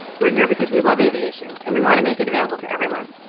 we're here because we love aviation and we want to make it available to everyone.